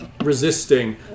resisting